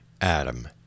Adam